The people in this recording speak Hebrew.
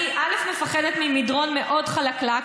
אני מפחדת ממדרון מאוד חלקלק,